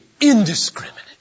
indiscriminate